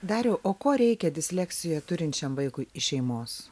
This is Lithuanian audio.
dariau o ko reikia disleksija turinčiam vaikui iš šeimos